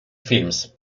films